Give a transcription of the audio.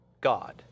God